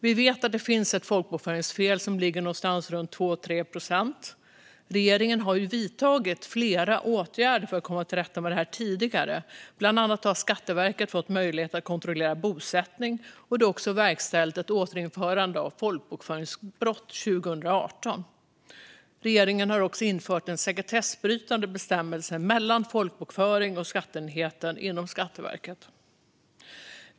Vi vet att det finns ett folkbokföringsfel på runt 2-3 procent. Regeringen har tidigare vidtagit flera åtgärder för att komma till rätta med detta. Bland annat har Skatteverket fått möjlighet att kontrollera bosättning, och det är också verkställt ett återinförande av folkbokföringsbrott 2018. Regeringen har också infört en sekretessbrytande bestämmelse mellan folkbokföringen och skatteenheten inom Skatteverket.